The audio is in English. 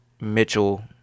Mitchell